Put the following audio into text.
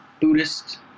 Buddhist